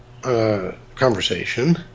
conversation